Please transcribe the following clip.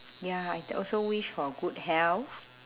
ya I also wish for good health